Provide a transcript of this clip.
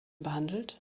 behandelt